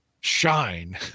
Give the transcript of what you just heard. shine